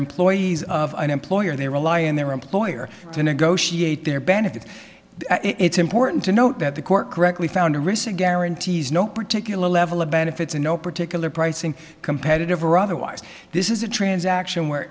employees of an employer they rely on their employer to negotiate their benefits it's important to note that the court correctly found a receipt guarantees no particular level of benefits and no particular pricing competitive or otherwise this is a transaction where